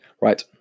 Right